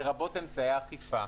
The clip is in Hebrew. לרבות אמצעי אכיפה.